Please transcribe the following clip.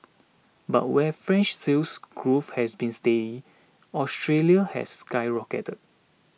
but where French Sales Growth has been steady Australia's has skyrocketed